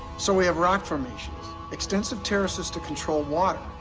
so we have rock formations, extensive terraces to control water,